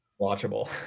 watchable